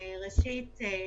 הדבר השני,